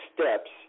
steps